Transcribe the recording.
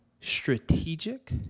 strategic